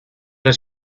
does